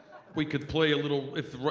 we could play a little, right,